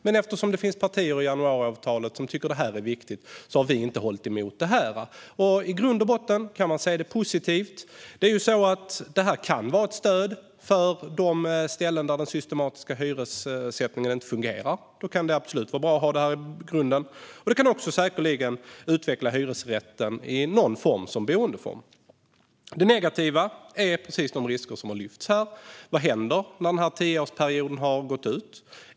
Men eftersom det finns partier i januariavtalet som tycker att det här är viktigt har vi inte hållit emot. I grund och botten kan man se det positivt. Det här kan vara ett stöd där den systematiska hyressättningen inte fungerar. Då kan det vara bra att ha detta i grunden. Det kan säkerligen också utveckla hyresrätten som boendeform på något sätt. Det negativa är precis de risker som har lyfts fram här. Vad händer när tioårsperioden går ut?